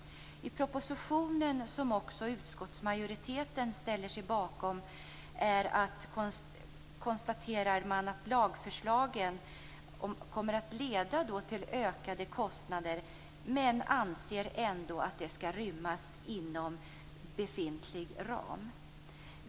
I propositionen, som också utskottsmajoriteten ställer sig bakom, konstaterar man att lagförslagen kommer att leda till ökade kostnader, men man anser ändå att de skall rymmas inom befintlig ram.